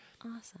Awesome